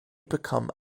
become